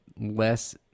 less